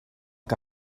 que